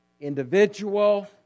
individual